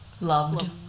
loved